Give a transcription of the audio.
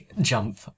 jump